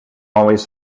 always